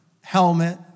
helmet